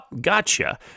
gotcha